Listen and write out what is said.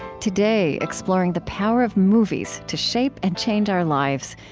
today, exploring the power of movies to shape and change our lives,